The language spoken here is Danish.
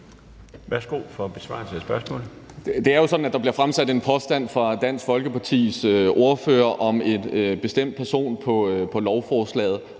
Kl. 11:27 Sigurd Agersnap (SF): Det er jo sådan, at der bliver fremsat en påstand fra Dansk Folkepartis ordfører om en bestemt person på lovforslaget.